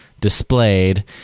displayed